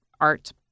art